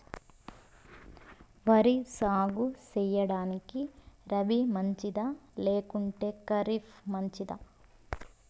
వరి సాగు సేయడానికి రబి మంచిదా లేకుంటే ఖరీఫ్ మంచిదా